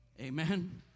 Amen